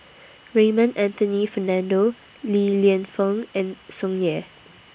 Raymond Anthony Fernando Li Lienfung and Tsung Yeh